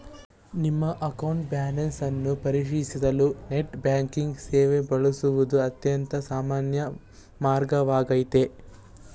ನಿಮ್ಮ account balance ಅನ್ನ ಪರಿಶೀಲಿಸಲು ನೆಟ್ ಬ್ಯಾಂಕಿಂಗ್ ಸೇವೆ ಬಳಸುವುದು ಅತ್ಯಂತ ಸಾಮಾನ್ಯ ಮಾರ್ಗವಾಗೈತೆ